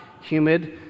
humid